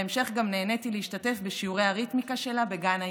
בהמשך גם נהניתי להשתתף בשיעורי הריתמיקה שלה בגן הילדים.